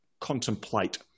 contemplate